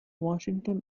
washington